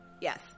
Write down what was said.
Yes